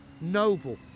noble